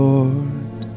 Lord